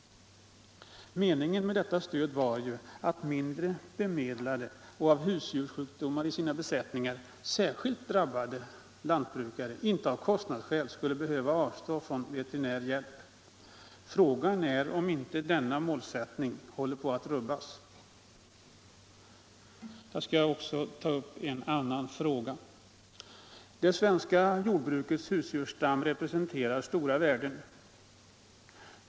Meningen med detta stöd var ju att mindre bemedlade och av husdjurssjukdomar i sina besättningar särskilt drabbade lantbrukare inte av kostnadsskäl skall behöva avstå från veterinärhjälp. Frågan är om inte denna målsättning nu håller på att rubbas. Jag skall också ta upp en annan fråga. Det svenska jordbrukets husdjursstam representerar stora värden.